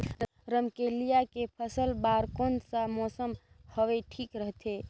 रमकेलिया के फसल बार कोन सा मौसम हवे ठीक रथे?